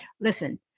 listen